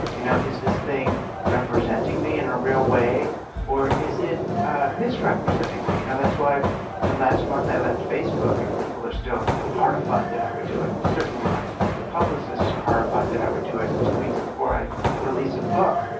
you know is this thing representing me in a real way or is it ah misrepresenting me. you know that's why last month i left facebook, and people are still horrified that i would do it, and certainly my publicists are horrified that i would do it two weeks before i release a book.